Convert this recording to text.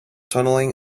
tunneling